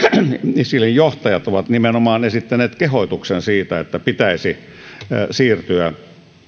isilin johtajat ovat nimenomaan esittäneet kehotuksen siitä että pitäisi siirtyä